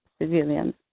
civilians